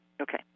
Okay